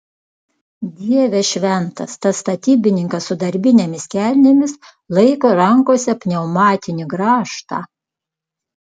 dieve šventas tas statybininkas su darbinėmis kelnėmis laiko rankose pneumatinį grąžtą